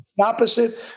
opposite